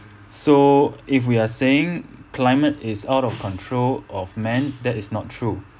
so if we're saying climate is out of control of man that is not true